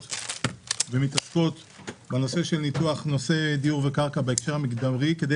שמתעסק בנושא ניתוח דיור וקרקע בהקשר המגדרי כדי